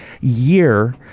year